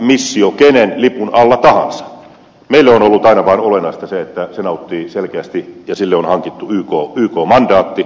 meille on ollut aina olennaista vain se että sille on hankittu yk mandaatti